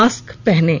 mask पहनें